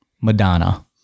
Madonna